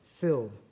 filled